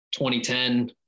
2010